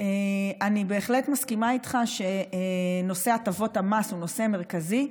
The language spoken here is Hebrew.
אני בהחלט מסכימה איתך שנושא הטבות המס הוא נושא מרכזי.